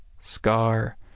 scar